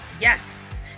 Yes